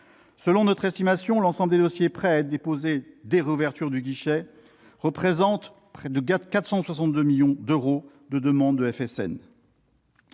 Selon notre estimation, l'ensemble des dossiers prêts à être déposés dès réouverture du guichet représentent près de 462 millions d'euros de demande de Fonds